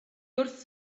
wrth